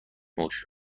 موش